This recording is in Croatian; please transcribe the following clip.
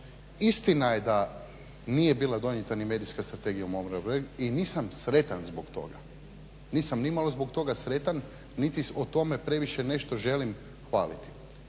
Istina je da nije bila donijeta ni medijska strategija u … i nisam sretan zbog toga, nisam nimalo zbog toga sretan niti o tome previše nešto želim …, ali i